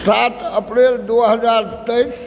सात अप्रैल दू हजार तेइस